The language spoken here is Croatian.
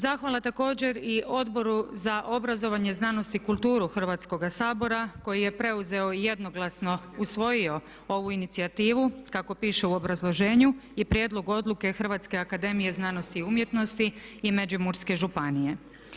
Zahvala također i Odboru za obrazovanje, znanost i kulturu Hrvatskoga sabora koji je preuzeo i jednoglasno usvojio ovu inicijativu kako piše u obrazloženju prijedlog Odluke Hrvatske akademije znanosti i umjetnosti i Međimurske županije.